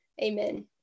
Amen